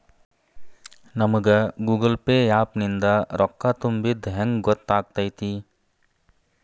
ನಮಗ Google Pay app ನಿಂದ ರೊಕ್ಕಾ ತುಂಬಿದ್ದ ಹೆಂಗ್ ಗೊತ್ತ್ ಆಗತೈತಿ?